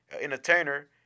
entertainer